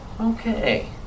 Okay